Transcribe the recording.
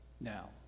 now